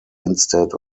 instead